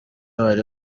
bari